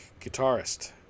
guitarist